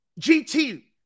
GT